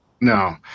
No